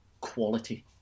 quality